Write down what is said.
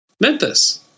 Memphis